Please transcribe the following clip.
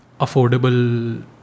affordable